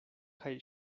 kaj